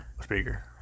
Speaker